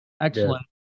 Excellent